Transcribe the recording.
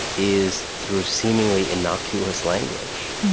is through seemingly innocuous language,